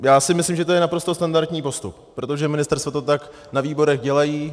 Já si myslím, že to je naprosto standardní postup, protože ministerstva to tak na výborech dělají.